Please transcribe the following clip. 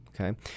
okay